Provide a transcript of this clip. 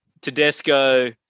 Tedesco